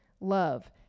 love